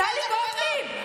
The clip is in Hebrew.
טלי גוטליב,